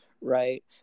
right